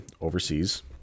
overseas